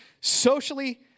socially